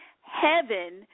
heaven